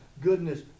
goodness